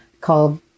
called